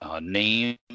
name